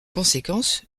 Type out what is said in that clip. conséquence